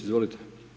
Izvolite.